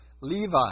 Levi